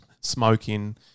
smoking